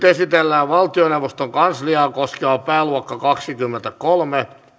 esitellään valtioneuvoston kansliaa koskeva pääluokka kaksikymmentäkolme